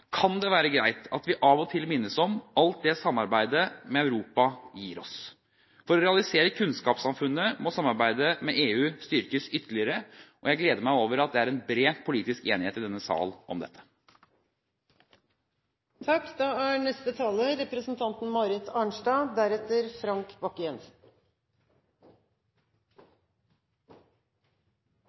kan det være greit at vi av og til minnes om alt det som samarbeidet med Europa gir oss. For å realisere kunnskapssamfunnet må samarbeidet med EU styrkes ytterligere. Jeg gleder meg over at det er en bred politisk enighet i denne sal om